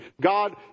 God